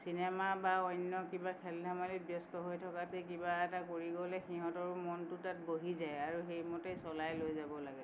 cinema বা অন্য কিবা খেল ধেমালিত ব্যস্ত হৈ থকাতকে কিবা এটা কৰি গ'লে সিহঁতৰো মনটো তাত বহি যায় আৰু সেইমতে চলাই লৈ যাব লাগে